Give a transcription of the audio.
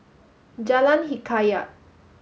Jalan Hikayat